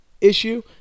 issue